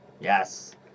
Yes